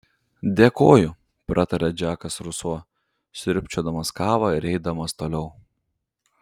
dėkoju pratarė džekas ruso sriūbčiodamas kavą ir eidamas toliau